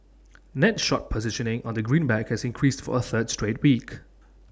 net short positioning on the greenback has increased for A third straight week